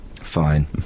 fine